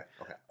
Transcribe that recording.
Okay